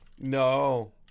No